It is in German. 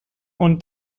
und